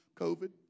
COVID